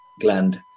gland